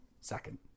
second